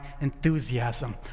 enthusiasm